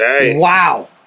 Wow